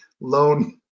loan